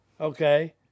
Okay